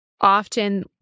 often